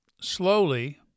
Slowly